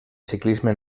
ciclisme